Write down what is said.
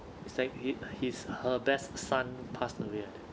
it's like his her best son passed away like that